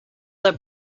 their